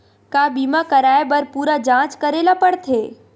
का बीमा कराए बर पूरा जांच करेला पड़थे?